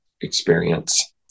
experience